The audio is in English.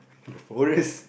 the forest